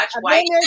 White